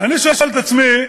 אני שואל את עצמי,